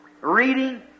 Reading